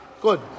good